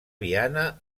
viana